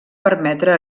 permetre